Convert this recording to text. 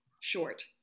short